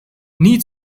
nie